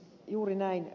juuri näin ed